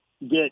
get